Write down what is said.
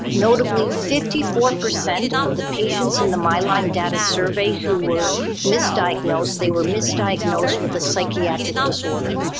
notably fifty four percent of the patients in the mylymedata survey who were misdiagnosed, they were misdiagnosed with a psychiatric disorder.